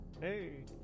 Hey